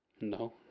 No